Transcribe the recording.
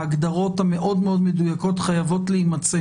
ההגדרות המאוד מדויקות חייבות להימצא